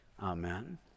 amen